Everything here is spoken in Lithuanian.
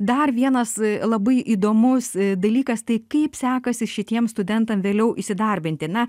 dar vienas labai įdomus dalykas tai kaip sekasi šitiem studentam vėliau įsidarbinti na